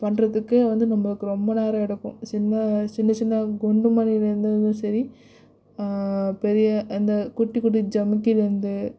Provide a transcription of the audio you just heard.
பண்றதுக்கே வந்து நம்மளுக்கு ரொம்ப நேரம் எடுக்கும் சின்ன சின்ன குண்டு மணிலேருந்தும் சரி பெரிய அந்தக் குட்டி குட்டி ஜிமிக்கிலேந்து